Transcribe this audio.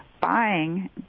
buying